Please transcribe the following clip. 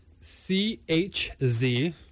C-H-Z